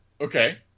Okay